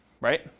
Right